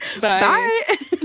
Bye